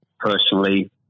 personally